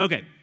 Okay